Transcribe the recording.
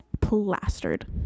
plastered